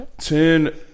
turn